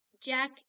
Jack